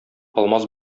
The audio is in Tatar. алмаз